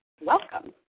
welcome